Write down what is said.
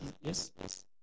yes